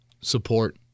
support